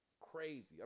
crazy